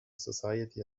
society